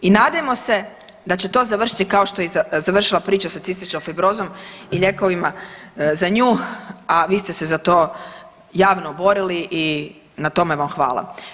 I nadajmo se da će to završiti kao što je i završila priča sa cističnom fibrozom i lijekovima za nju, a vi ste se za to javno borili i na tome vam hvala.